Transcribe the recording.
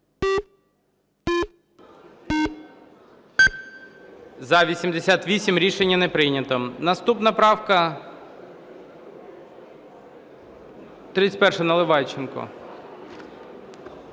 За-88 Рішення не прийнято. Наступна правка 31, Наливайченко.